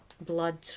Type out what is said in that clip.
blood